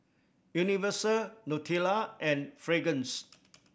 Universal Nutella and Fragrance